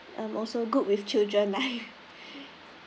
um also good with children life